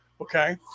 okay